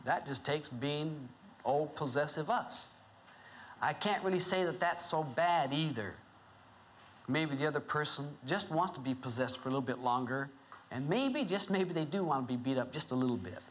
that just takes being all possessive us i can't really say that that's so bad either maybe the other person just want to be possessed for a little bit longer and maybe just maybe they do want to be beat up just a little bit